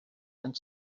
and